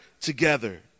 together